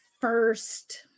first